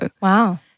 Wow